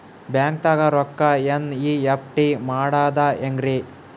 ಬ್ಯಾಂಕ್ದಾಗ ರೊಕ್ಕ ಎನ್.ಇ.ಎಫ್.ಟಿ ಮಾಡದ ಹೆಂಗ್ರಿ?